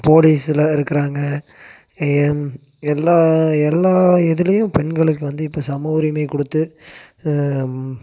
போலீஸுல் இருக்கிறாங்க எல்லா எல்லா இதுலேயும் பெண்களுக்கு வந்து இப்போ சமஉரிமை கொடுத்து